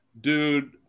dude